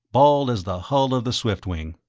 bald as the hull of the swiftwing.